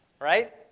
Right